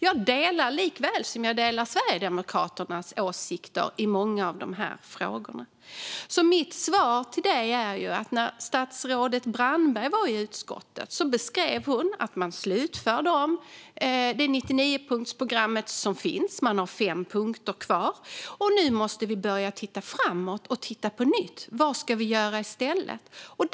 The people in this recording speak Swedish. Jag delar dem, likaväl som jag delar Sverigedemokraternas åsikter i många av de här frågorna. Mitt svar till ledamoten är att när statsrådet Brandberg besökte utskottet beskrev hon att man slutför 99-punktsprogrammet - det är fem punkter kvar - och att man nu måste börja titta framåt på nytt och tänka på vad som ska göras.